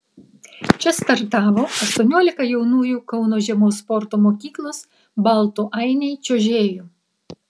čia startavo aštuoniolika jaunųjų kauno žiemos sporto mokyklos baltų ainiai čiuožėjų